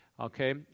Okay